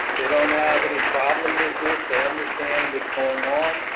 they don't have any problem with this, they understand what's going on,